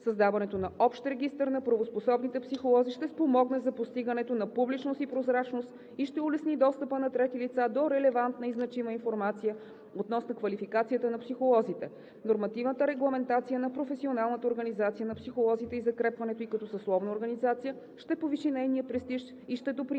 Създаването на общ регистър на правоспособните психолози ще спомогне за постигането на публичност и прозрачност, и ще улесни достъпа на трети лица до релевантна и значима информация относно квалификацията на психолозите. Нормативната регламентация на професионалната организация на психолозите и закрепването ѝ като съсловна организация ще повиши нейния престиж и ще допринесе